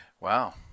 Wow